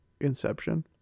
Inception